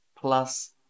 plus